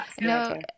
no